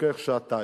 לוקח שעתיים.